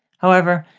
however,